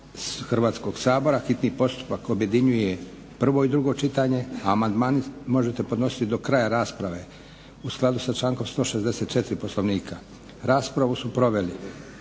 Hrvatskoga sabora hitni postupak objedinjuje prvo i drugo čitanje, a amandmane možete podnositi do kraja rasprave u skladu sa člankom 164. Poslovnika. Raspravu su proveli